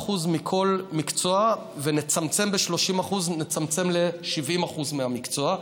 30% מכל מקצוע ונצמצם ב-30% נצמצם ל-70% מהמקצוע.